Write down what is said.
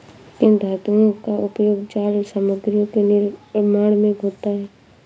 किन धातुओं का उपयोग जाल सामग्रियों के निर्माण में होता है?